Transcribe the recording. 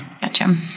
Gotcha